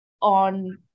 on